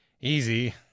easy